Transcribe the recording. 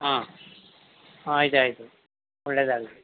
ಹಾಂ ಆಯ್ತು ಆಯಿತು ಒಳ್ಳೇದಾಗಲಿ